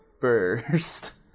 first